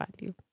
value